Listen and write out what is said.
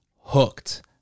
hooked